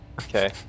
okay